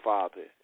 Father